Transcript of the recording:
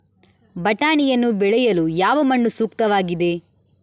ಬಟಾಣಿಯನ್ನು ಬೆಳೆಯಲು ಯಾವ ಮಣ್ಣು ಸೂಕ್ತವಾಗಿದೆ?